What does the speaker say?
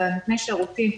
את נותני השירותים,